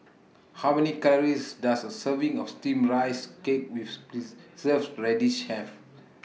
How Many Calories Does A Serving of Steamed Rice Cake with Preserved Radish Have